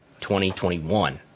2021